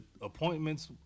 appointments